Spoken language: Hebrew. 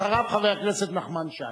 אחריו, חבר הכנסת נחמן שי.